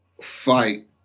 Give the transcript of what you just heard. fight